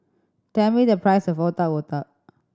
tell me the price of Otak Otak